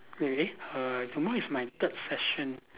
really err tomorrow is my third session